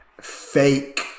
fake